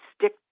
stick